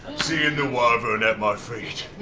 seeing the wyvern at my feet,